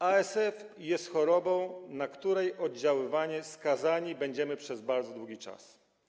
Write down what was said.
ASF jest chorobą, na której oddziaływanie skazani będziemy przez bardzo długi czas.